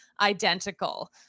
identical